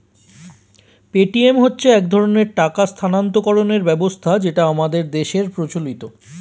Paytm হচ্ছে এক ধরনের টাকা স্থানান্তরকরণের ব্যবস্থা যেটা আমাদের দেশের প্রচলিত